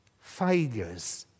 failures